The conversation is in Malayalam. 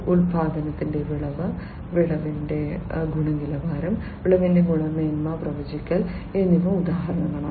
ഉൽപ്പാദനത്തിൽ വിളവ് വിളവിന്റെ ഗുണനിലവാരം വിളവിന്റെ ഗുണമേന്മ പ്രവചിക്കൽ എന്നിവയ്ക്ക് ഉദാഹരണങ്ങളാണ്